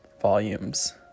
volumes